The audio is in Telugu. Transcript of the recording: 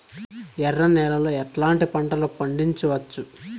ఎర్ర నేలలో ఎట్లాంటి పంట లు పండించవచ్చు వచ్చు?